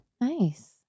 Nice